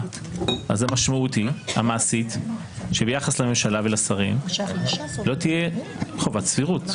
אז המשמעות המעשית היא שביחס לממשלה ולשרים לא תהיה חובת סבירות.